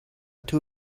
two